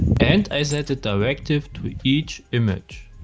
and i set the directive to each image.